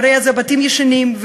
שהרי הבתים שם ישנים,